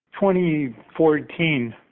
2014